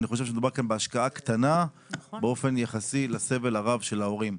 אני חושב שמדובר כאן בהשקעה קטנה באופן יחסי לסבל הרב של ההורים.